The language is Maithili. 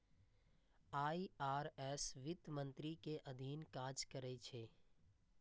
आई.आर.एस वित्त मंत्रालय के अधीन काज करै छै